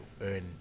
earn